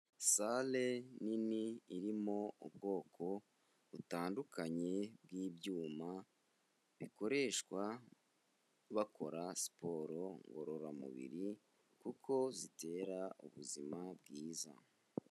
Sale nini irimo ubwoko butandukanye bw'ibyuma bikoreshwa bakora siporo ngororamubiri kuko zitera ubuzima bwiza.